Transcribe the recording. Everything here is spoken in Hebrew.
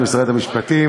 למשרד המשפטים,